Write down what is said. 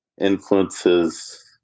influences